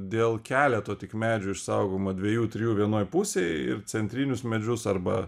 dėl keleto tik medžių išsaugomo dviejų trijų vienoj pusėj ir centrinius medžius arba